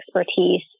expertise